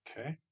Okay